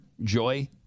joy